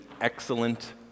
excellent